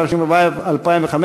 התשע"ו 2015,